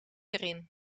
erin